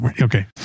okay